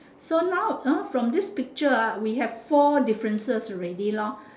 so now now from this picture ah we have four differences already lor